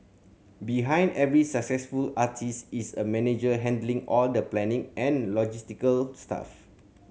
behind every successful artist is a manager handling all the planning and logistical stuff